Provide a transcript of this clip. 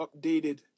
updated